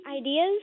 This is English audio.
ideas